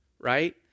right